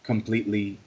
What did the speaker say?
Completely